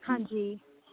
ਹਾਂਜੀ